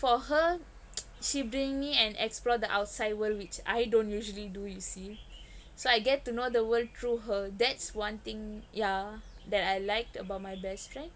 for her she bring me and explore the outside world which I don't usually do you see so I get to know the world through her that's one thing yeah that I liked about my best friend